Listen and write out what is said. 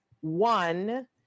one